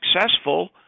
successful